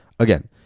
Again